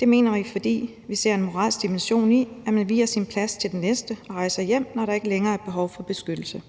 Det mener vi, fordi vi ser et moralsk dimension i, at man viger sin plads til den næste og rejser hjem, når der ikke længere er behov for beskyttelse